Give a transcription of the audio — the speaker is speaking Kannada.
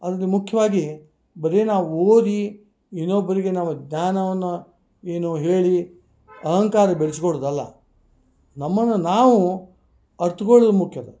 ಅದರಲ್ಲಿ ಮುಖ್ಯವಾಗಿ ಬರೇ ನಾವು ಓದಿ ಇನ್ನೊಬ್ಬರಿಗೆ ನಾವು ಜ್ಞಾನವನ್ನು ಏನು ಹೇಳಿ ಅಹಂಕಾರ ಬೆಳೆಸಿಕೊಳ್ಳುದಲ್ಲ ನಮ್ಮನ್ನು ನಾವು ಅರ್ತ್ಕೊಳ್ಳುದು ಮುಖ್ಯ ಅದ